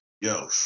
yo